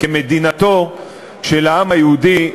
כמדינתו של העם היהודי,